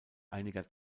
einiger